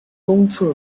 东侧